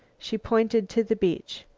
she pointed to the beach.